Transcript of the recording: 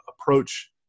approach